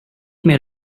mer